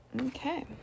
Okay